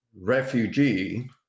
Refugee